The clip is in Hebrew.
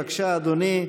בבקשה, אדוני.